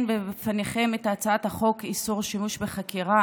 ובפניכם את הצעת החוק איסור שימוש בחקירה